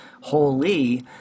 holy